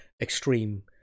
Extreme